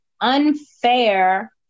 unfair